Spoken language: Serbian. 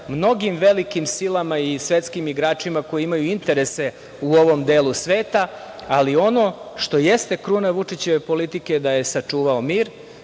mnogim velikim silama i svetskim igračima koji imaju interese u ovom delu sveta, ali ono što jeste kruna Vučićeve politike da je sačuvao mir,